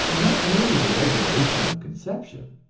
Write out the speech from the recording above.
not merely the regulation of conception,